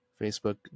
Facebook